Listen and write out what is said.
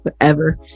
forever